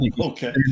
okay